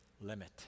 limit